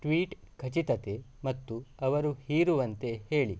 tweet ಖಚಿತತೆ ಮತ್ತು ಅವರು ಹೀರುವಂತೆ ಹೇಳಿ